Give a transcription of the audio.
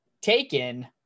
taken